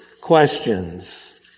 questions